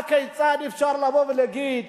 הכיצד אפשר לבוא ולהגיד,